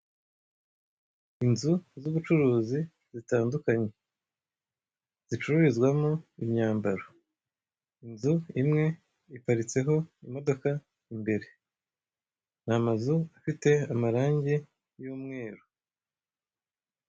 inzu z'ubucuruzi zitandukanye , zicururizwamo imyambaro inzu imwe iparitseho imodoka imbere, namazu afite amarange y'umweru.